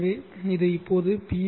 எனவே இது இப்போது பி